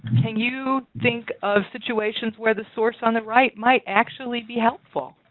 can you think of situations where the source on the right might actually be helpful?